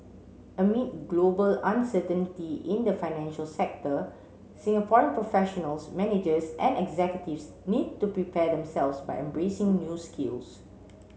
amid global uncertainty in the financial sector Singaporean professionals managers and executives need to prepare themselves by embracing new skills